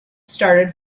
started